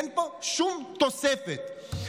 אין פה שום תוספת,